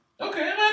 Okay